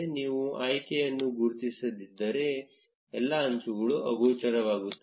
ನೀವು ಆಯ್ಕೆಯನ್ನು ಗುರುತಿಸದಿದ್ದರೆ ಎಲ್ಲಾ ಅಂಚುಗಳು ಅಗೋಚರವಾಗಿರುತ್ತವೆ